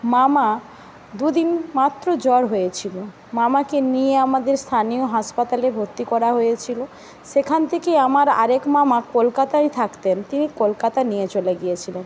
মামা দুদিন মাত্র জ্বর হয়েছিল মামাকে নিয়ে আমাদের স্থানীয় হাসপাতালে ভর্তি করা হয়েছিল সেখান থেকে আমার আরেক মামা কলকাতায় থাকতেন তিনি কলকাতা নিয়ে চলে গিয়েছিলেন